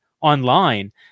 online